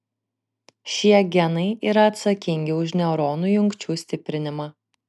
šie genai yra atsakingi už neuronų jungčių stiprinimą